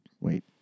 Wait